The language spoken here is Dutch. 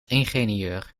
ingenieur